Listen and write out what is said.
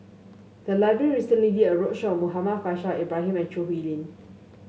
the library recently did a roadshow on Muhammad Faishal Ibrahim and Choo Hwee Lim